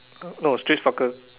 no street soccer